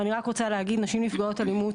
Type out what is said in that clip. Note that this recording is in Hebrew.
אני רק רוצה להגיד: נשים נפגעות אלימות